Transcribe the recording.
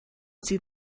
see